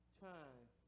time